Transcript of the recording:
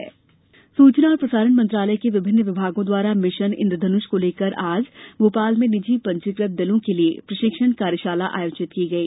इन्द्रधन्ष कार्यशाला सूचना और प्रसारण मंत्रालय के विभिन्न विभागों द्वारा मिशन इन्द्रधनुष को लेकर आज भोपाल में निजी पंजीकृत दलों के लिए प्रशिक्षण कार्यशाला आयोजित की गई